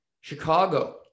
Chicago